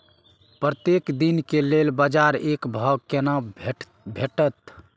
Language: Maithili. प्रत्येक दिन के लेल बाजार क भाव केना भेटैत?